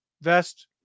vest